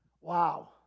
Wow